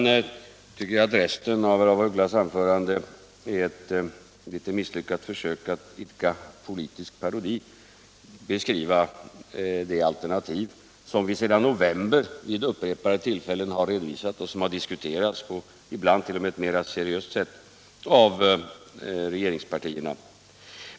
Resten av herr af Ugglas anförande tycker jag var ett litet misslyckat försök till politisk parodi. Han beskriver det alternativ som vi sedan november vid upprepade tillfällen har redovisat och som har diskuterats —- ibland t.o.m. på ett mera seriöst sätt — av regeringspartierna.